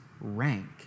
rank